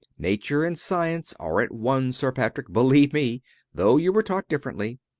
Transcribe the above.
nature and science are at one, sir patrick, believe me though you were taught differently.